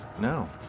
No